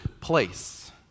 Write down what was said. place